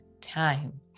time